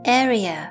area